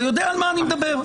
אתה יודע על מה אני מדבר.